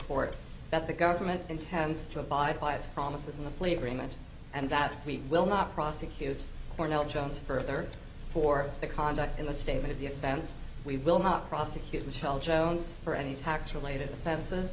court that the government intends to abide by its promises in the plea agreement and that we will not prosecute cornell jones further for the conduct in the state of the offense we will not prosecute michelle jones for any tax related offens